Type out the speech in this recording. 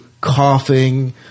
coughing